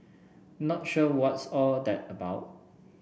not sure what's all that about